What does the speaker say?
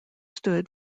stood